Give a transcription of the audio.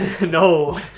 no